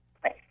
place